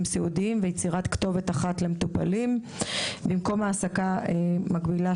סיעודיים ויצירת כתובת אחת למטופלים; זאת במקום העסקה מקבילה,